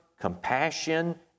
compassion